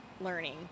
learning